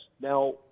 now